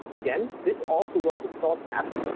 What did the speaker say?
again, this also work with source maps,